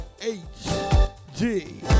H-G